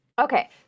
Okay